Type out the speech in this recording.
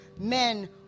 men